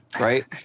right